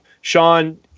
Sean